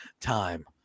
time